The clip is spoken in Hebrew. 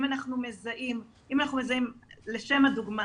לשם הדוגמה,